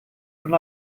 schon